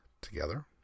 together